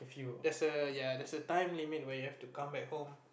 there's a ya there's a time limit where you have to come back home